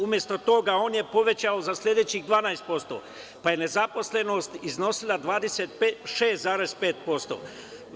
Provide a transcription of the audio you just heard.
Umesto toga, on je povećao za sledećih 12%, pa je nezaposlenost iznosila 26,5%